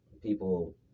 people